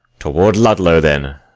toward ludlow then,